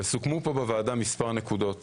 וסוכמו פה בוועדה מספר נקודות